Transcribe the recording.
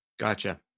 Gotcha